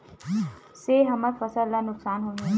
से हमर फसल ला नुकसान होही?